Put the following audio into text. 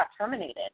terminated